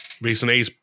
recently